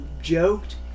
joked